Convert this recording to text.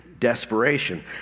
desperation